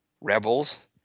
Rebels